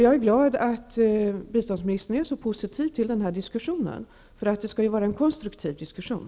Jag är glad att biståndsministern är så positiv till denna diskussion. Det skall ju vara en konstruktiv diskussion.